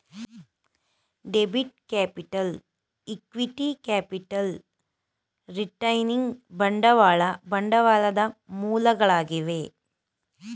debit capital, equity capital, retaining ಬಂಡವಾಳ ಬಂಡವಾಳದ ಮೂಲಗಳಾಗಿವೆ